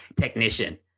technician